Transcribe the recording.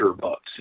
bucks